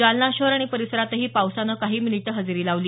जालना शहर परिसरातही पावसान काही मिनिटं हजेरी लावली